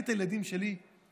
אני את הילדים שלי מחנך,